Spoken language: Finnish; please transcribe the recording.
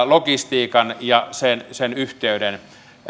logistiikan kanssa yhteyden